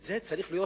זה צריך להיות